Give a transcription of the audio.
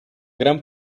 gran